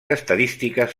estadístiques